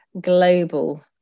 global